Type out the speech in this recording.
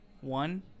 One